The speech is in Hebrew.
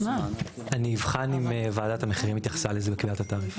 אני אבן אם ועדת המחירים התייחסה לזה בקביעת התעריף.